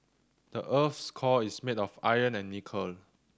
the earth's core is made of iron and nickel